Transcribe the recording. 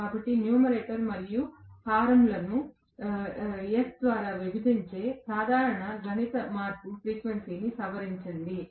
కాబట్టి న్యూమరేటర్ మరియు హారం లను s ద్వారా విభజించే సాధారణ గణిత మార్పు ఫ్రీక్వెన్సీని సవరించింది